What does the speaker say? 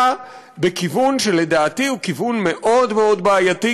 בכיוון שלדעתי הוא כיוון מאוד מאוד בעייתי,